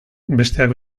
besteak